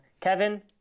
Kevin